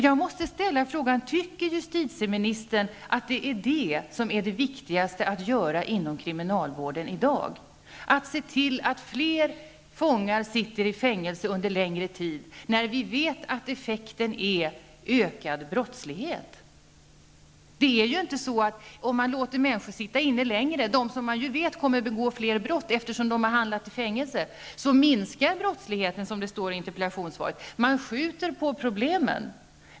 Jag måste ställa frågan: Tycker justitieministern att det är detta som är det viktigaste att göra inom kriminalvården i dag, att se till att fler fångar sitter i fängelser under längre tid, när vi vet att effekten är ökad brottslighet? Om man låter människor sitta inne längre, människor som vi vet kommer att begå fler brott eftersom de har hamnat i fängelse, minskar inte brottsligheten, såsom det står i interpellationssvaret. Man skjuter på problemen.